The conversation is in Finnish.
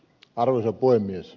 arvoisa puhemies